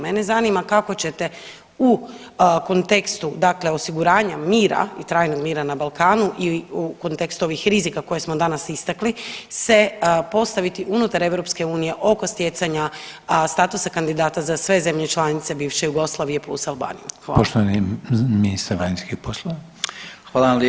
Mene zanima kako ćete u kontekstu osiguranja mira i trajnog mira na Balkanu i u kontekstu ovih rizika koje smo danas istakli se postaviti unutar EU oko stjecanja statusa kandidata za sve zemlje članice bivše Jugoslavije plus Albaniju?